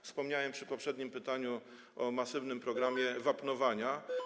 Wspomniałem przy poprzednim pytaniu o dużym programie wapnowania.